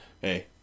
Hey